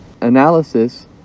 analysis